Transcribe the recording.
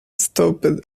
stopped